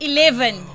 Eleven